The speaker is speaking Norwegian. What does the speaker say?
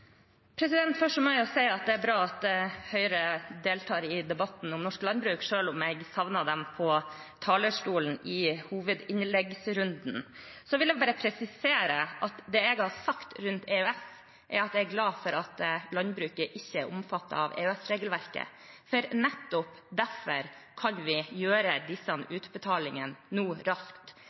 debatten om norsk landbruk, selv om jeg savnet dem på talerstolen i runden med hovedinnlegg. Så vil jeg bare presisere at det jeg har sagt om EØS, er at jeg er glad for at landbruket ikke er omfattet av EØS-regelverket, for nettopp derfor kan vi gjøre disse utbetalingene raskt. Nettopp derfor jobber Landbruksdirektoratet nå